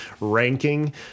ranking